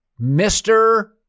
Mr